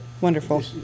Wonderful